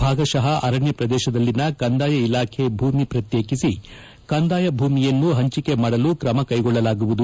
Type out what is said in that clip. ಭಾಗತಃ ಅರಣ್ಯ ಪ್ರದೇಶದಲ್ಲಿನ ಕಂದಾಯ ಇಲಾಖೆ ಭೂಮಿ ಪ್ರತ್ಯೇಕಿಸಿ ಕಂದಾಯ ಭೂಮಿಯನ್ನು ಪಂಚಿಕೆ ಮಾಡಲು ಕ್ರಮಕೈಗೊಳ್ಳಲಾಗುವುದು